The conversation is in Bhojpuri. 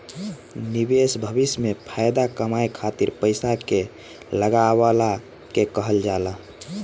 निवेश भविष्य में फाएदा कमाए खातिर पईसा के लगवला के कहल जाला